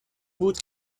بود